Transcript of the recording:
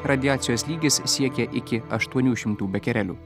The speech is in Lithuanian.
radiacijos lygis siekia iki aštuonių šimtų bekerelių